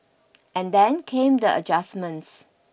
and then came the adjustments